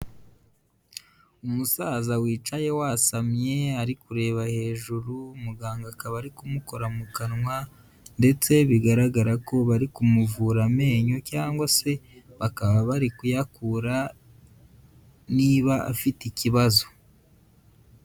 Umusaza wicaye wasamye, ari kureba hejuru, muganga akaba ari kumukora mu kanwa ndetse bigaragara ko bari kumuvura amenyo cyangwa se bakaba bari kuyakura niba afite ikibazo.